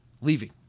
leaving